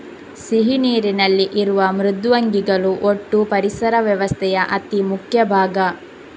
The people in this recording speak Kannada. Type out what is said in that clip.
ಸಿಹಿ ನೀರಿನಲ್ಲಿ ಇರುವ ಮೃದ್ವಂಗಿಗಳು ಒಟ್ಟೂ ಪರಿಸರ ವ್ಯವಸ್ಥೆಯ ಅತಿ ಮುಖ್ಯ ಭಾಗ